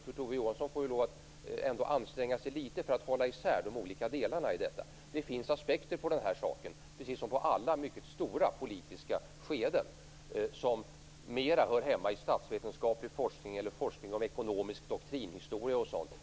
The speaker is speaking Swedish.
Kurt Ove Johansson får anstränga sig litet för att hålla isär de olika delarna i detta. Det finns aspekter på den här frågan, precis som på alla mycket stora politiska skeenden, som mera hör hemma i statsvetenskaplig forskning eller i forskning inom ekonomisk doktrinhistoria o.d.